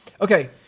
Okay